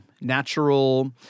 natural